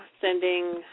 sending